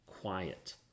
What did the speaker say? quiet